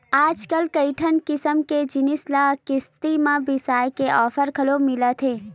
आजकल कइठन किसम के जिनिस ल किस्ती म बिसाए के ऑफर घलो मिलत हे